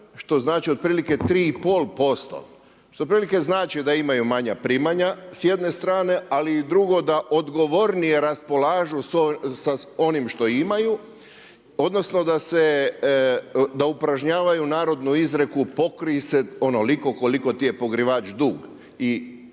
što znači otprilike 3 i pol posto, što otprilike znači da imaju manja primanja s jedne strane, ali i drugo da odgovornije raspolažu sa onim što imaju, odnosno da se, da upražnjavaju narodnu izreku pokrij se onoliko koliko ti je pokrivač dug i